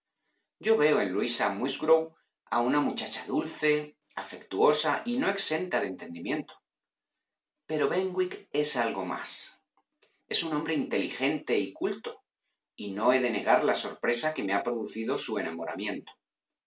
yo veo en luisa musgrove a una muchacha dulce afectuosa y no exenta de entendimiento pero benwick es algo más es un hombre inteligente y culto y no he de negar la sorpresa que me ha producido su enamoramiento